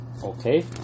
Okay